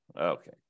okay